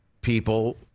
people